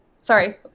Sorry